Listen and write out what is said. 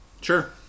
sure